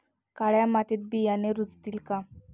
काळ्या मातीत बियाणे रुजतील का?